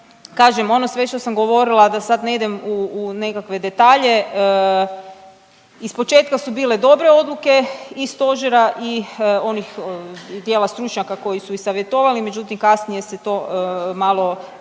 kažem ono sve što sam govorila da sad ne idem u nekakve detalje ispočetka su bile dobre odluke i Stožera i onih dijela stručnjaka koji su i savjetovali. Međutim, kasnije se to malo jel'